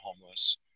homeless